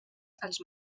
als